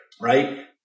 right